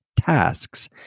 tasks